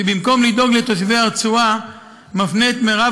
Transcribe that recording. שבמקום לדאוג לתושבי הרצועה מפנה את מרב